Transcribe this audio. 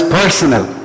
personal